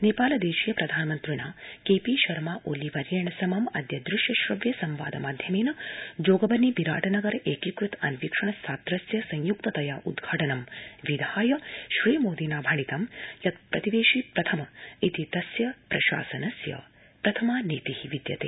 नेपालदेशीय प्रधानमन्त्रिणा केपीशर्मा ओली वर्येण समम् अद्य दृश्य श्रव्य सम्वादमाध्यमेन जोगबनी बिराटनगर एकीकृत अन्वीक्षण स्थात्रस्य संय्क्त तया उद्घाटनं विधाय श्रीमोदिना भणितं यत् प्रतिवेशि प्रथम इति तदीय प्रशासनस्य प्रथमा नीति वर्तते